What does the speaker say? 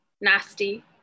nasty